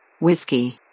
Whiskey